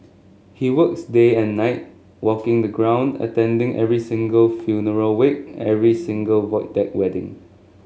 he works day and night walking the ground attending every single funeral wake every single Void Deck wedding